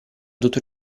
tutto